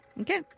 okay